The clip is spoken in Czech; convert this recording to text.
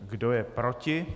Kdo je proti?